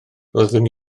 roeddwn